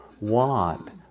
want